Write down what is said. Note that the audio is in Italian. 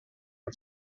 per